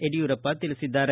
ಯಡಿಯೂರಪ್ಪ ತಿಳಿಸಿದ್ದಾರೆ